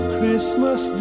Christmas